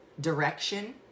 direction